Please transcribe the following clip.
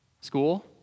School